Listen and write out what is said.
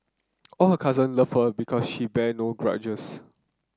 all her cousin love her because she bear no grudges